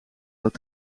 dat